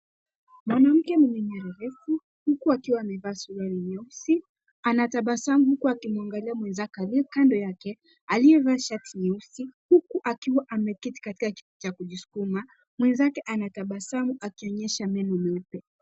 Mwanamke mwenye nywele refu huku akiwa amevaa suruali nyeusi. Anatabasamu huku akimwangalia mwenzake alie kando yake alievaa shati nyeusi huku akiwa ameketi katika kiti cha kujisukuma mwenzake anatabasamu akionyesha meno meupe.